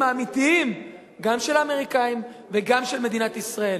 האמיתיים גם של האמריקנים וגם של מדינת ישראל.